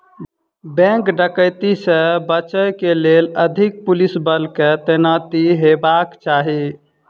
bank डकैती से बचय के लेल अधिक पुलिस बल के तैनाती हेबाक चाही